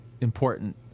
important